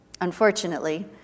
Unfortunately